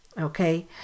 okay